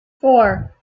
four